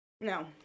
No